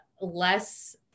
less